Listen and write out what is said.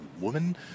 woman